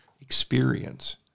experience